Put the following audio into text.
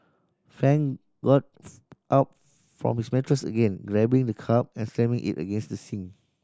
fan got up from his mattress again grabbing the cup and slamming it against the sink